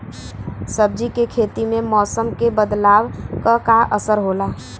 सब्जी के खेती में मौसम के बदलाव क का असर होला?